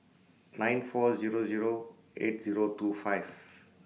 nine four Zero Zero eight Zero two five